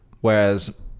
Whereas